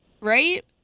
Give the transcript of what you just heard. right